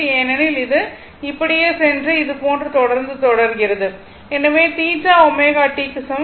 ஏனெனில் இது இப்படியே சென்று இது போன்று தொடர்ந்து தொடர்கிறது எனபது θ ω t க்கு சமம்